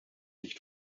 nicht